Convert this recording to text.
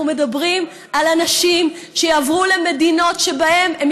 אנחנו מדברים על אנשים שיעברו למדינות שבהן הם